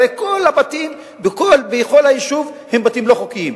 הרי כל הבתים בכל היישוב הם בתים לא חוקיים.